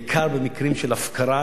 בעיקר במקרים של הפקרה,